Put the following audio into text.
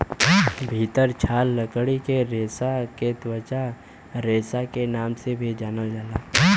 भितर छाल लकड़ी के रेसा के त्वचा रेसा के नाम से भी जानल जाला